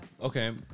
Okay